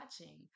watching